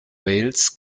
wales